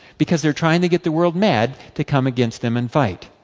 because they are trying to get the world mad, to come against them and fight.